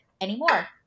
anymore